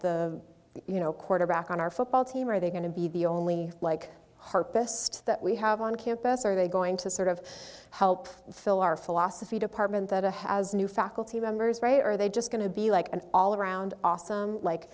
the you know quarterback on our football team are they going to be the only like harpist that we have on campus or are they going to sort of help fill our philosophy department that a has new faculty members or are they just going to be like an all around awesome like